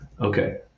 Okay